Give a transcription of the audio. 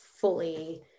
fully